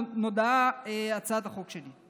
נועדה הצעת החוק שלי.